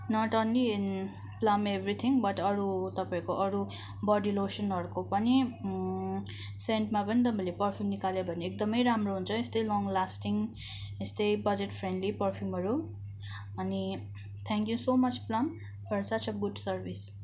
not only Plum everything but अरू तपाईँहरूको अरू बडी लोसनहरूको पनि सेन्टमा पनि तपाईँहरूको पर्फियुम निकाल्यो भने एकदमै राम्रो हुन्छ यस्तै लङ लास्टिङ यस्तै बजेट फ्रेन्डली पर्फियुमहरू अनि thank you so much Plum for such a good service